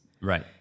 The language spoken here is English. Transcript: Right